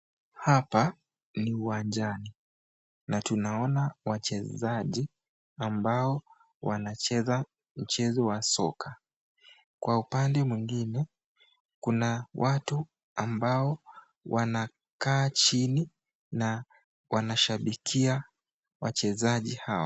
Hapa ni uwanjani na tunaona wachezaji ambao wanacheza mchezo wa soka. Kwa upande mwengine kuna watu ambao wamekaa chini, na wanashabikia wachezaji hao.